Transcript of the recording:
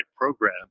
program